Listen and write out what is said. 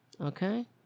Okay